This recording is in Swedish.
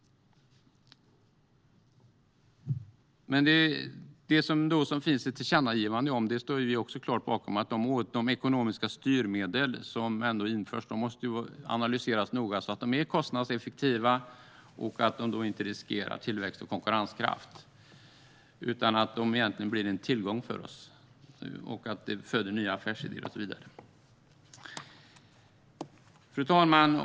Det finns ett tillkännagivande som vi klart står bakom. De ekonomiska styrmedel som införs måste analyseras noga så att de är kostnadseffektiva och inte riskerar tillväxt och konkurrenskraft utan egentligen blir en tillgång för oss, föder nya affärsidéer och så vidare. Fru talman!